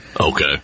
Okay